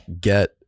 get